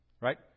Right